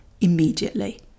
immediately